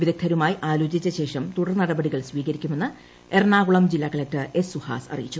വിദഗ്ധരുമായി ആലോചിച്ച ശേഷം തുടർനടപടികൾ സ്വീകരിക്കുമെന്ന് എറണാകുളം ജില്ലാ കളക്ടർ എസ് സുഹാസ് അറിയിച്ചു